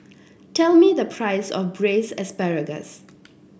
tell me the price of Braised Asparagus